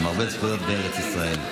עם הרבה זכויות בארץ ישראל.